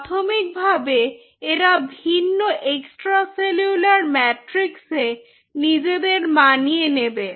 প্রাথমিকভাবে এরা ভিন্ন এক্সট্রা সেলুলার ম্যাট্রিক্সএ নিজেদের মানিয়ে নেবে